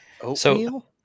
Oatmeal